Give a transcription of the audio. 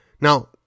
Now